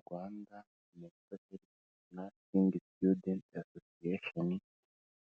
Rwanda Mental Health Nursing Students Association,